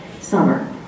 summer